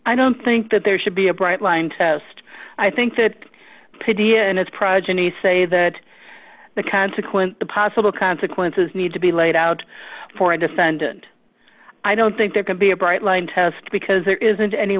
i don't think that there should be a bright line test i think that pretty and it's progeny say that the consequent the possible consequences need to be laid out for a defendant i don't think there can be a bright line test because there isn't any